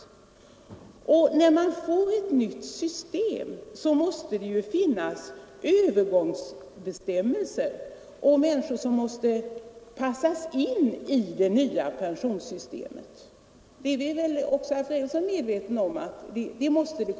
När man inför ett nytt pensionssystem skall det ju finnas övergångsbestämmelser för människor som måste passas in i det nya systemet. Detta är väl också herr Fredriksson medveten om.